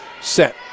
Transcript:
set